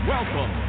Welcome